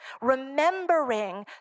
remembering